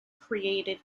created